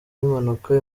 y’impanuka